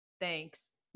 thanks